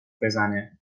بزنه